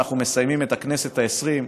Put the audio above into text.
כשאנחנו מסיימים את הכנסת העשרים,